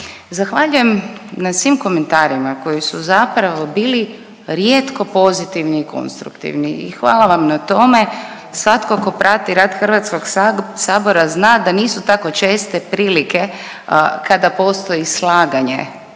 Zahvaljujem na svim komentarima koji su zapravo bili rijetko pozitivni i konstruktivni i hvala vam na tome. Svatko tko prati rad HS-a zna da nisu tako česte prilike kada postoji slaganje,